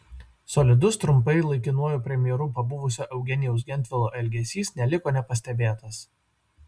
solidus trumpai laikinuoju premjeru pabuvusio eugenijaus gentvilo elgesys neliko nepastebėtas